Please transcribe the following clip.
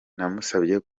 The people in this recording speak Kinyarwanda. namusabye